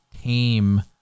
tame